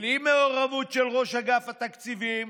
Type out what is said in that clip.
בלי מעורבות של ראש אגף התקציבים,